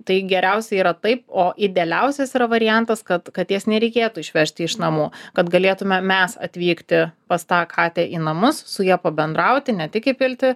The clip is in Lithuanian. tai geriausia yra taip o idealiausias yra variantas kad katės nereikėtų išvežti iš namų kad galėtumėm mes atvykti pas tą katę į namus su ja pabendrauti ne tik įpilti